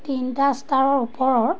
তিনিটা ষ্টাৰৰ ওপৰৰ